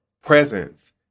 presence